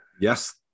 Yes